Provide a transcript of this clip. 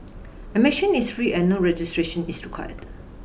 admission is free and no registration is required